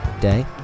day